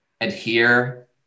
adhere